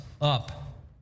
up